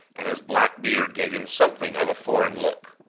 and his black beard gave him something of a foreign look.